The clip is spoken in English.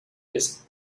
this